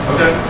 Okay